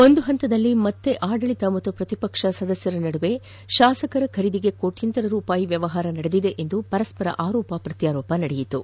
ಒಂದು ಹಂತದಲ್ಲಿ ಮತ್ತೆ ಆಡಳಿತ ಮತ್ತು ಪ್ರತಿಪಕ್ಷ ಸದಸ್ಯರ ನಡುವೆ ಶಾಸಕರ ಖರೀದಿಗೆ ಕೋಟ್ಯಾಂತರ ರೂಪಾಯಿ ವ್ಯವಹಾರ ನಡೆದಿದೆ ಎಂದು ಪರಸ್ಪರ ಆರೋಪ ನಡೆಯಿತು